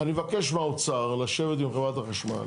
אני מבקש מהאוצר לשבת עם חברת החשמל